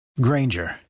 Granger